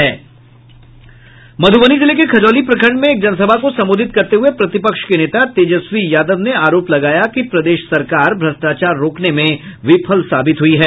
मधुबनी जिले के खजौली प्रखंड मे एक जनसभा को सम्बोधित करते हुए प्रतिपक्ष के नेता तेजस्वी यादव ने आरोप लगाया कि प्रदेश सरकार भ्रष्टाचार रोकने मे विफल साबित हुई है